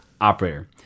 Operator